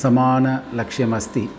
समानं लक्ष्यमस्ति